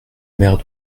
maires